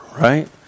right